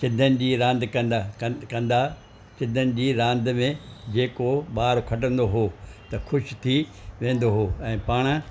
चीद्दनि जी रांदि कंदा कंदा चीद्दनि जी रांदि में जेको ॿार खटंदो हुओ त ख़ुशि थी वेंदो हुओ ऐं पाणि